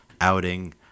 outing